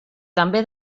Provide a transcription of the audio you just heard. també